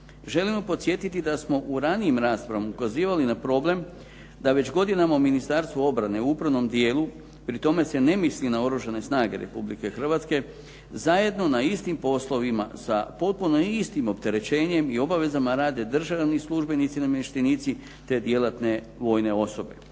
Želimo podsjetiti da smo u ranijim raspravama ukazivali na problem da već godinama u Ministarstvu obrane u upravnom dijelu, pri tome se ne misli na Oružane snage Republike Hrvatske zajedno na istim poslovima sa potpuno istim opterećenjem i obavezama rade državni službenici i namještenici, te djelatne vojne osobe.